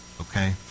Okay